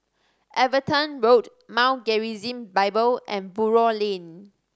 Everton Road Mount Gerizim Bible and Buroh Lane